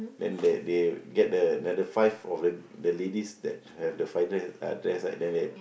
then that they get the another five of the the ladies that have finest dress right